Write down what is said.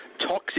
toxic